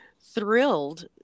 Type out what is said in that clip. thrilled